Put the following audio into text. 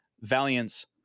valiance